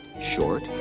Short